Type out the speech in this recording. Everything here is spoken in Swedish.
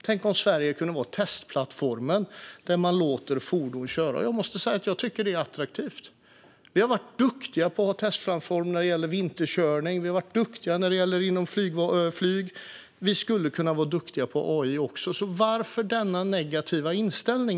Tänk om Sverige kunde vara testplattformen där man låter fordon köra! Jag måste säga att jag tycker att det är vore attraktivt. Vi har varit duktiga på att vara testplattform när det gäller vinterkörning, och vi har varit duktiga när det gäller flyget. Vi skulle kunna vara duktiga på AI också. Min fråga är därför: Varför denna negativa inställning?